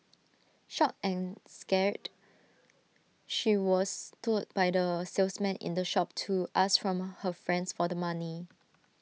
shocked and scared she was told by the salesman in the shop to ask from her friends for the money